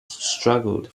struggled